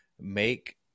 make